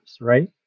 right